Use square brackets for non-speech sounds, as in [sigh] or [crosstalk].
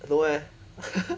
no eh [noise]